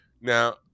now